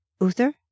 Uther